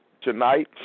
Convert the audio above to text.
tonight